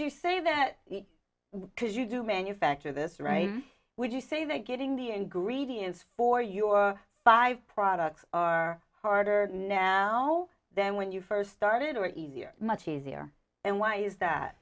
you say that because you do manufacture this right would you say that getting the ingredients for your five products are harder now than when you first started or easier much easier and why is that